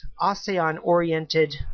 ASEAN-oriented